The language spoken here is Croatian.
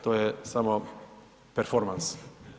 To je samo performans.